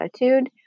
attitude